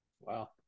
Wow